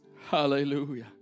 Hallelujah